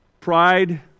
Pride